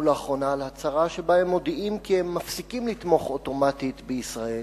לאחרונה על הצהרה שבה הם מודיעים כי הם מפסיקים לתמוך אוטומטית בישראל,